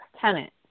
tenant